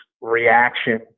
reaction